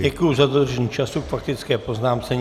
Děkuji za dodržení času k faktické poznámce.